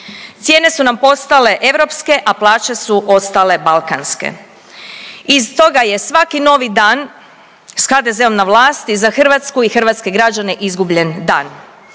Cijene su nam postale europske, a plaće su ostale balkanske. I stoga je svaki novi dan s HDZ-om na vlasti za Hrvatsku i hrvatske građene izgubljen dan.